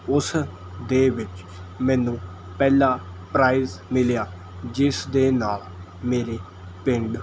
ਉਸ ਦੇ ਵਿੱਚ ਮੈਨੂੰ ਪਹਿਲਾ ਪ੍ਰਾਈਜ਼ ਮਿਲਿਆ ਜਿਸ ਦੇ ਨਾਲ਼ ਮੇਰੇ ਪਿੰਡ